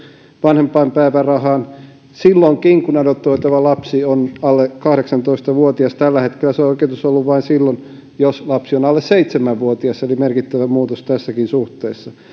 vanhempainpäivärahaan silloinkin kun adoptoitava lapsi on alle kahdeksantoista vuotias tällä hetkellä se oikeutus on ollut vain silloin jos lapsi on alle seitsemän vuotias eli merkittävä muutos tässäkin suhteessa